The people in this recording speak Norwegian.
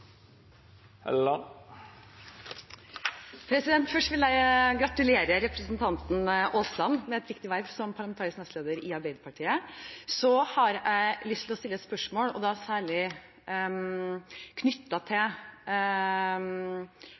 Først vil jeg gratulere representanten Aasland med et viktig verv som parlamentarisk nestleder i Arbeiderpartiet. Så har jeg lyst til å stille et spørsmål særlig knyttet til